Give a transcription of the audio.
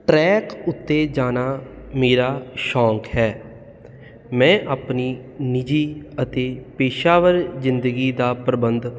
track ਉੱਤੇ ਜਾਣਾ ਮੇਰਾ ਸ਼ੌਂਕ ਹੈ ਮੈਂ ਆਪਣੀ ਨਿੱਜੀ ਅਤੇ ਪੇਸ਼ਾਵਰ ਜ਼ਿੰਦਗੀ ਦਾ ਪ੍ਰਬੰਧ